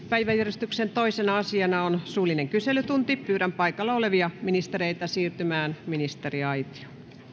päiväjärjestyksen toisena asiana on suullinen kyselytunti pyydän paikalla olevia ministereitä siirtymään ministeriaitioon